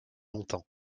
longtemps